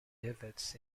duvets